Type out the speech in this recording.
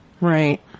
Right